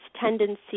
tendency